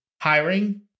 hiring